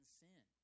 sin